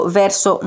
verso